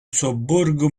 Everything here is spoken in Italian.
sobborgo